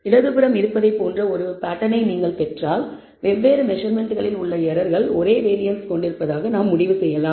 இடதுபுறம் இருப்பதை போன்ற ஒரு வடிவத்தை நீங்கள் பெற்றால் வெவ்வேறு மெசர்மென்ட்களில் உள்ள எரர்கள் ஒரே வேரியன்ஸ் கொண்டிருப்பதாக நாம் முடிவு செய்யலாம்